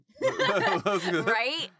Right